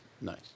nice